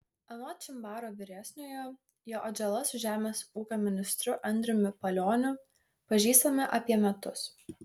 anot čimbaro vyresniojo jo atžala su žemės ūkio ministru andriumi palioniu pažįstami apie metus